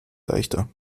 leichter